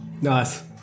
nice